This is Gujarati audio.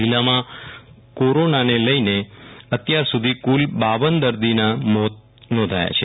જીલ્લામાં કોરોના ને લઈને અત્યાર સુધી કુલ પર દર્દીઓના મોત નોંધાયા છે